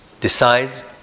decides